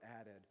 added